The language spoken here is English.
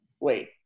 wait